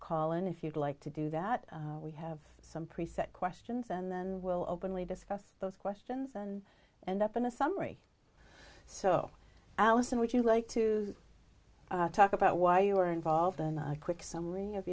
call and if you'd like to do that we have some pre set questions and then we'll openly discuss those questions and end up in a summary so allison would you like to talk about why you were involved in a quick summary of